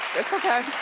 it's okay.